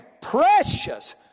precious